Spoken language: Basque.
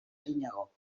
arinago